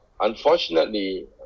unfortunately